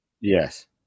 Yes